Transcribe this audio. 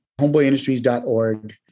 homeboyindustries.org